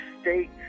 state